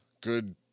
good